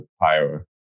higher